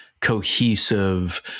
cohesive